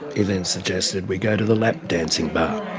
he then suggested we go to the lap dancing bar.